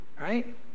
Right